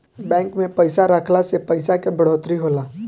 bank में पइसा रखला से पइसा के बढ़ोतरी होला